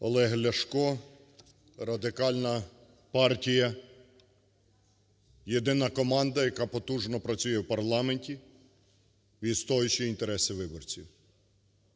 Олег Ляшко, Радикальна партія, єдина команда, яка потужно працює в парламенті, відстоюючи інтереси виборців.